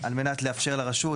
על מנת לאפשר לרשות,